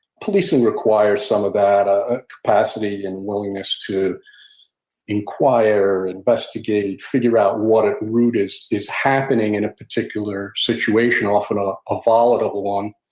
policing requires some of that ah capacity and willingness to inquire, investigate, figure out what at route is is happening in a particular situation, often ah a volatile one.